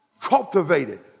Cultivated